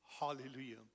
Hallelujah